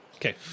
Okay